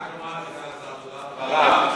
רק לומר לסגן השר תודה על דבריו,